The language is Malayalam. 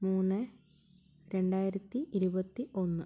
മൂന്ന് രണ്ടായിരത്തി ഇരുപത്തി ഒന്ന്